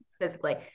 physically